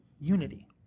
unity